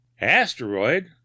Asteroid